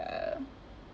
uh